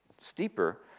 steeper